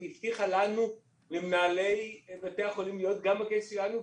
והבטיחה למנהלי בתי החולים להיות בכנס שלנו,